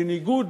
בניגוד